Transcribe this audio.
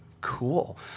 Cool